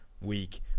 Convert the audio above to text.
week